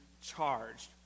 charged